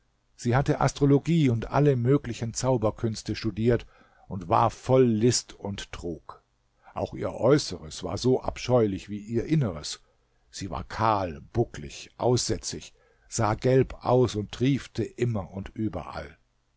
sie hatte astrologie und alle möglichen zauberkünste studiert und war voll list und trug auch ihr äußeres war so abscheulich wie ihr inneres sie war kahl bucklig aussätzig sah gelb aus und triefte immer und überall